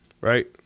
right